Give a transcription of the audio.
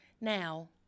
Now